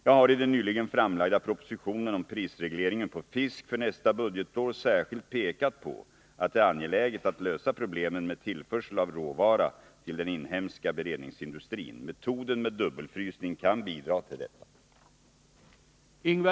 Jag har i den nyligen framlagda propositionen om prisregleringen på fisk för nästa budgetår särskilt pekat på att det är angeläget att lösa problemen med tillförsel av råvara till den inhemska beredningsindustrin. Metoden med dubbelfrysning kan bidra till detta.